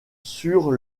sur